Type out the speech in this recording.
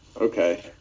Okay